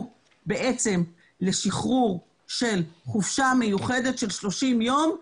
בעצם לשחרור של חופשה מיוחדת של 30 יום.